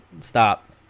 Stop